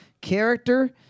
character